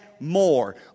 more